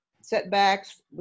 setbacks